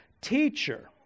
Teacher